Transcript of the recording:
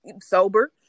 sober